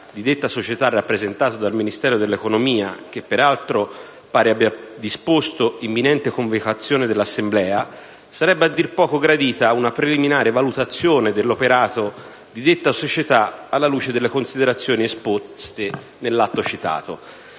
di detta società, rappresentato dal Ministero dell'economia (che, peraltro, pare abbia disposto imminente convocazione dell'assemblea), sarebbe a dir poco gradita una preliminare valutazione dell'operato di detta società alla luce delle considerazioni esposte nell'atto citato.